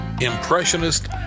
impressionist